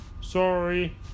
sorry